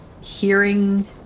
hearing